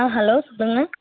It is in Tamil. ஆ ஹலோ சொல்லுங்க